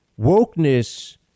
Wokeness